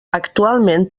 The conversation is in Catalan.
actualment